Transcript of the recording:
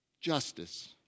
Justice